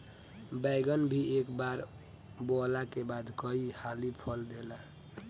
बैगन भी एक बार बोअला के बाद कई हाली फल देला